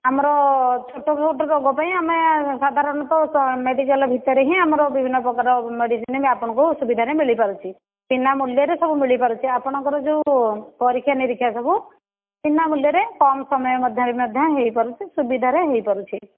ଆମର ଛୋଟ ମୋଟ ରୋଗ ପାଇଁ ଆମେ ସାଧାରଣତଃ ମେଡ଼ିକାଲ ଭିତରେ ହିଁ ଆମର ବିଭିନ୍ନପ୍ରକାର ମେଡ଼ିସିନ ଆପଣଙ୍କୁ ସୁବିଧାରେ ମିଳିପାରୁଛି ବିନା ମୂଲ୍ୟରେ ସବୁ ମିଳିପାରୁଛି ଆପଣଙ୍କର ଯେଉଁ ପରୀକ୍ଷା ନିରୀକ୍ଷା ସବୁ ବିନା ମୂଲ୍ୟରେ କମ ସମୟ ମଧ୍ୟରେ ମଧ୍ୟ ହୋଇପାରୁଛି ସୁବିଧାରେ ହୋଇପାରୁଛି